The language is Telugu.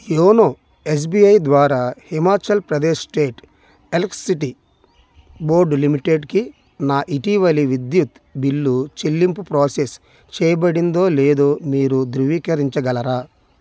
యోనో ఎస్బిఐ ద్వారా Himachal Pradesh state electricity board లిమిటెడ్కి నా ఇటీవలి విద్యుత్ బిల్లు చెల్లింపు ప్రోసెస్ చెయ్యబడిందో లేదో మీరు ధృవీకరించగలరా